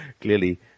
clearly